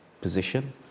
position